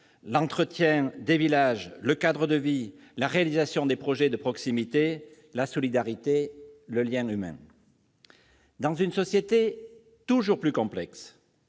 l'entretien des villages, le cadre de vie, la réalisation de projets de proximité, la solidarité, le lien humain. Dans une société toujours plus complexe,